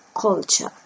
culture